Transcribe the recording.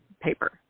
paper